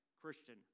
Christian